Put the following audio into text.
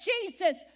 Jesus